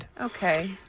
Okay